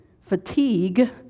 fatigue